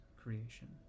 creation